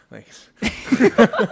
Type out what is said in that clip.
Thanks